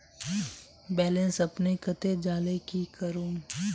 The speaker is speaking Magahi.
बैलेंस अपने कते जाले की करूम?